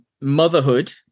Motherhood